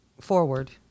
forward